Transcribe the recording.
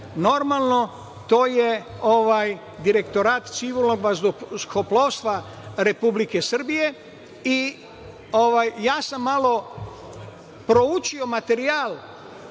Normalno to je Direktorat civilnog vazduhoplovstva Republike Srbije. Ja sam malo proučio materijal